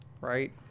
Right